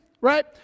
Right